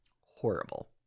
Horrible